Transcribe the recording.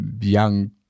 young